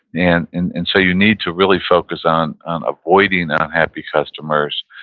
and and and so you need to really focus on avoiding and unhappy customers,